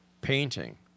painting